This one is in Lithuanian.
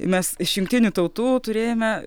mes iš jungtinių tautų turėjome